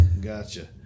Gotcha